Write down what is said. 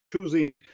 choosing